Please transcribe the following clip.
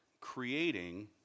creating